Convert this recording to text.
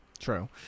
true